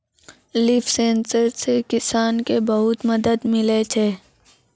लिफ sensor से किसान के बहुत मदद मिलै छै